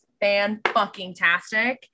fan-fucking-tastic